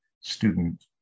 student